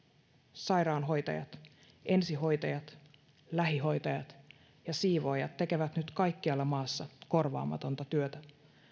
sairaanhoitajat ensihoitajat lähihoitajat ja siivoojat tekevät nyt kaikkialla maassa korvaamatonta työtä